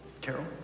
Carol